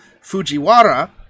Fujiwara